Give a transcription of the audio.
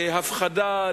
להפחדה,